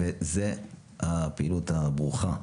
וזו הפעילות הברוכה.